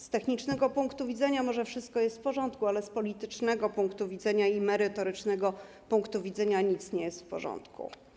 Z technicznego punktu widzenia może wszystko jest w porządku, ale z politycznego i merytorycznego punktu widzenia nic nie jest w porządku.